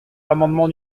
l’amendement